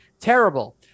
terrible